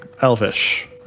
elvish